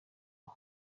ngo